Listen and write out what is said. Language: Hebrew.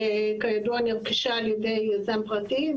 שכידוע נרכשה על ידי יזם פרטי,